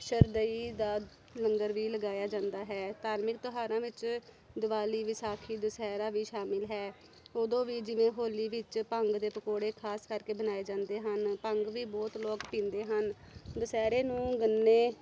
ਸ਼ਰਦਈ ਦਾ ਲੰਗਰ ਵੀ ਲਗਾਇਆ ਜਾਂਦਾ ਹੈ ਧਾਰਮਿਕ ਤਿਉਹਾਰਾਂ ਵਿੱਚ ਦਿਵਾਲੀ ਵਿਸਾਖੀ ਦੁਸਹਿਰਾ ਵੀ ਸ਼ਾਮਿਲ ਹੈ ਉਦੋਂ ਵੀ ਜਿਵੇਂ ਹੋਲੀ ਵਿੱਚ ਭੰਗ ਦੇ ਪਕੌੜੇ ਖਾਸ ਕਰਕੇ ਬਣਾਏ ਜਾਂਦੇ ਹਨ ਭੰਗ ਵੀ ਬਹੁਤ ਲੋਕ ਪੀਂਦੇ ਹਨ ਦੁਸਹਿਰੇ ਨੂੰ ਗੰਨੇ